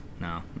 No